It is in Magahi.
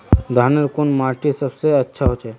धानेर कुन माटित सबसे अच्छा होचे?